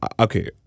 okay